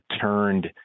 turned